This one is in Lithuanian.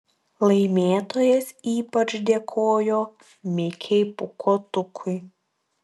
laimėtojas ypač dėkojo mikei pūkuotukui